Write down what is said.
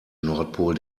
nordpol